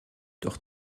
doch